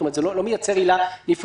זאת אומרת, שזה לא מייצר עילה נפרדת.